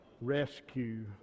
Rescue